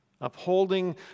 Upholding